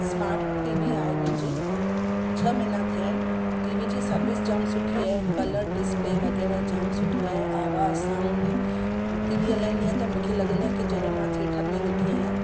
smart T V आहे मुंहिंजी छह महिना थिया आहिनि टि वी जी सर्विस जामु सुठी आहे कलर डिस्प्ले वग़ैरह जामु सुठो आहे आवाज़ु साउंड टि वी हलाईंदी आहियां त मूंखे लॻंदो आहे त जहिड़ो मां थेठर में वेठी आहियां